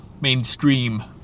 Mainstream